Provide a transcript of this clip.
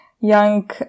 young